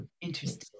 interesting